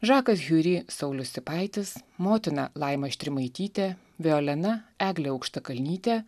žakas hiuri saulius sipaitis motina laima štrimaitytė violena eglė aukštakalnytė